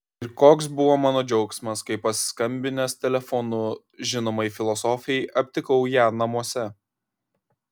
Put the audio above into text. ir koks buvo mano džiaugsmas kai paskambinęs telefonu žinomai filosofei aptikau ją namuose